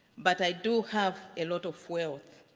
but i do have a lot of wealth.